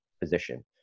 position